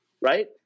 Right